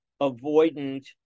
avoidant